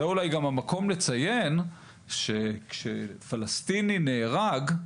זה אולי גם המקום לציין שכשפלסטיני נהרג,